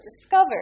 discovered